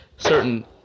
certain